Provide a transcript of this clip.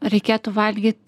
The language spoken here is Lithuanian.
reikėtų valgyt